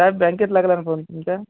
साहेब बँकेत लागला ना फोन तुमच्या